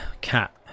cat